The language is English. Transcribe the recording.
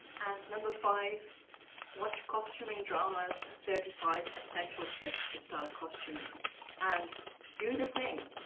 and number five watch costuming drama's thirty five essential tips to start costuming and do the thing!